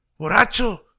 boracho